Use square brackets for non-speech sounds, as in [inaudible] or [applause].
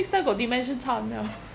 next time got dementia can liao [laughs]